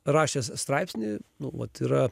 rašęs straipsnį nu vat yra